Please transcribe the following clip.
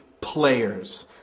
players